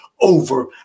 over